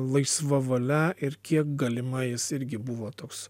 laisva valia ir kiek galimai jis irgi buvo toks